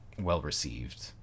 well-received